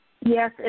Yes